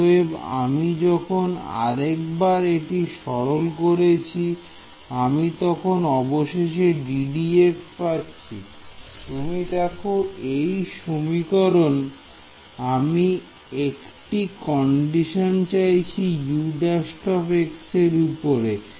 অতএব আমি যখন আরেকবার এটি সরল করছি আমি তখন অবশেষে ddx পাচ্ছি তুমি দেখো এই সমীকরণ আমি একটি কন্ডিশন চাইছি U′ এর উপরে